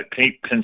keep